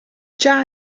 già